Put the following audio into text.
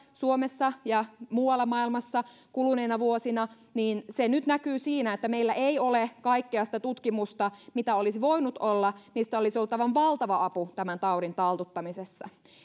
suomessa ja muualla maailmassa kuluneina vuosina niin se näkyy nyt siinä että meillä ei ole kaikkea sitä tutkimusta mitä olisi voinut olla mistä olisi ollut aivan valtava apu tämän taudin taltuttamisessa